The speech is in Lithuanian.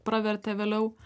pravertė vėliau